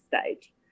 stage